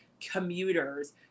commuters